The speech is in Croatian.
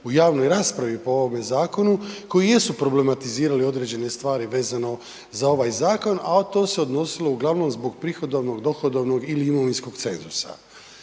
u javnoj raspravi po ovome zakonu koji jesu problematizirali određene stvari vezano za ovaj zakon, a to se odnosilo uglavnom zbog prihodovnog, dohodovnog ili imovinskog cenzusa.